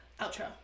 outro